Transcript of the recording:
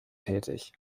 tätig